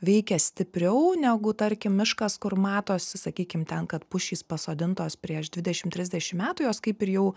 veikia stipriau negu tarkim miškas kur matosi sakykim ten kad pušys pasodintos prieš dvidešimt trisdešimt metų jos kaip ir jau